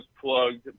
plugged